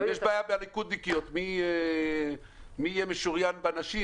יש בעיה בליכוד מי יהיה משוריין בנשים,